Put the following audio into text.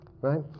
right